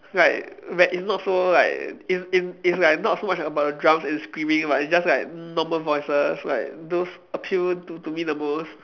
like where it's not so like it's it's it's like not so much about the drums and screaming but it just like normal voices like those appeal to to me the most